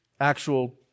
actual